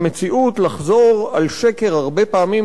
במציאות לחזור על שקר הרבה פעמים,